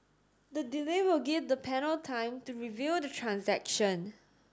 the delay will give the panel time to review the transaction